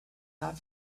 not